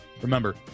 remember